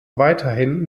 weiterhin